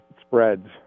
spreads